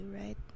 right